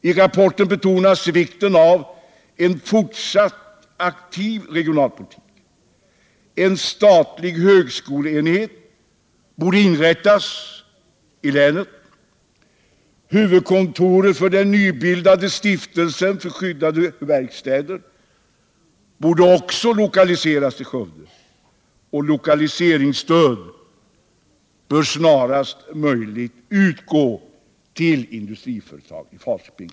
I rapporten betonas vikten av en fortsatt aktiv regionalpolitik, att en statlig högskoleenhet bör inrättas i länet, att huvudkontoret för den nybildade stiftelsen för skyddade verkstäder bör lokaliseras till Skövde och att lokaliseringsstöd snarast möjligt bör utgå till industriföretag i Falköping.